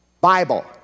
Bible